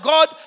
God